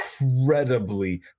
incredibly